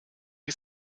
you